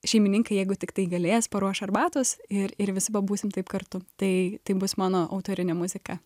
šeimininkai jeigu tiktai galės paruoš arbatos ir ir visi pabūsim taip kartu tai tai bus mano autorinė muzika